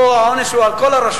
פה העונש הוא על כל הרשויות,